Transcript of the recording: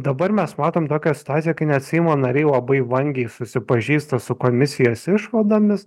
dabar mes matom tokią situaciją kai net seimo nariai labai vangiai susipažįsta su komisijos išvadomis